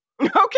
Okay